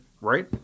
right